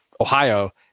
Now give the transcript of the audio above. Ohio